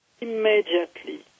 immediately